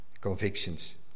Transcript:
convictions